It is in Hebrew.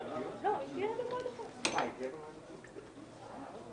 בדבר קביעת ועדה לדיון בהצעת חוק-יסוד: